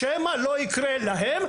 שמא לא יקרה להם,